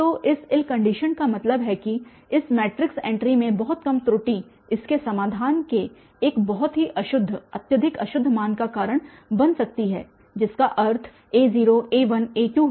तो इस ill conditioned का मतलब है कि इस मैट्रिक्स एंट्रीस में बहुत कम त्रुटि इसके समाधान के एक बहुत ही अशुद्ध अत्यधिक अशुद्ध मान का कारण बन सकती है जिसका अर्थ a0 a1 a2 है